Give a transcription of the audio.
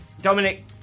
Dominic